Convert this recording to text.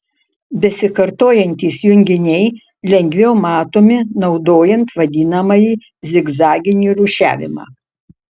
besikartojantys junginiai lengviau matomi naudojant vadinamąjį zigzaginį rūšiavimą